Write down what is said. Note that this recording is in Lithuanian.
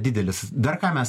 didelis dar ką mes